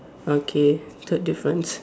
okay third difference